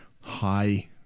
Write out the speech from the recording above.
high